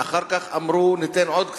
ואחר כך אמרו: ניתן עוד קצת.